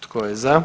Tko je za?